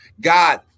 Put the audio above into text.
God